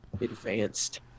advanced